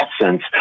essence